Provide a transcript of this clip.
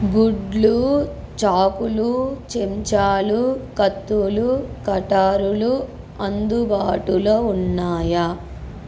గుడ్లు చాకులు చెంచాలు కత్తులూ కటారులూ అందుబాటులో ఉన్నాయా